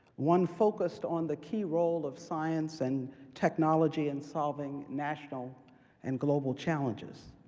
one focused on the key role of science and technology in solving national and global challenges.